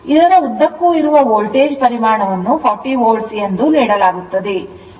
ಇದರ ಉದ್ದಕ್ಕೂ ಇರುವ ವೋಲ್ಟೇಜ್ ಪರಿಮಾಣವನ್ನು 40 volt ಎಂದು ನೀಡಲಾಗುತ್ತದೆ